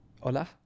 Hola